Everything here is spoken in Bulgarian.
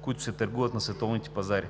които се търгуват на световните пазари.